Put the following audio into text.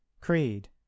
creed